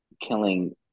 killing